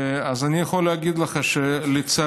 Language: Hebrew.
אז אני יכול להגיד לך שלצערי,